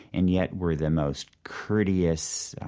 and yet were the most courteous,